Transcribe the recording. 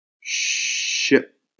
ship